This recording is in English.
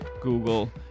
Google